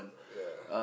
ya